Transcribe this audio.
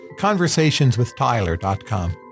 conversationswithtyler.com